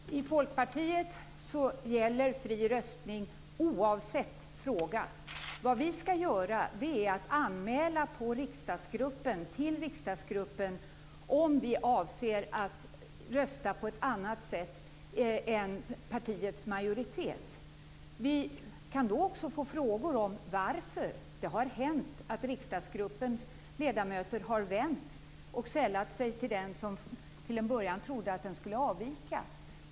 Herr talman! I Folkpartiet gäller fri röstning oavsett fråga. Vad vi skall göra är att anmäla till riksdagsgruppen om vi avser att rösta på ett annat sätt än partiets majoritet. Vi kan då också få frågor om varför. Det har hänt att riksdagsgruppens ledamöter har vänt och sällat sig till den som till en början trodde att den skulle avvika.